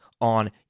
on